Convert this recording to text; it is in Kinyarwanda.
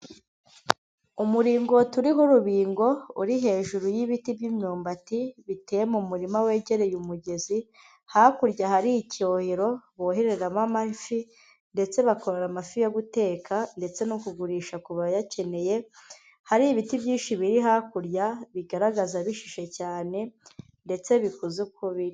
Umuringoti uriho urubingo, uri hejuru y'ibiti by'imyumbati, biteye mu murima wegereye umugezi. Hakurya hari icyorero, boheramo amafi. Ndetse bakoraro amafi yo guteka, ndetse no kugurisha ku bayakeneye. Hari ibiti byinshi biri hakurya, bigaragaza bishishe cyane. Ndetse bikuze ukubiri.